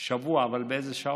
שבוע, אבל באיזה שעות?